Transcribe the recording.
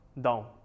down